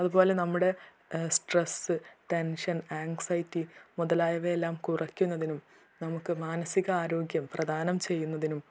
അതുപോലെ നമ്മുടെ stress tension anxiety മുതലായവയെല്ലാം കുറക്കുന്നതിനും നമുക്ക് മാനസികാരോഗ്യം പ്രദാനം ചെയ്യുന്നതിനും